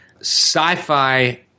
sci-fi